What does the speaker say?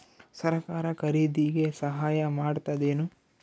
ಸರಕಾರ ಖರೀದಿಗೆ ಸಹಾಯ ಮಾಡ್ತದೇನು?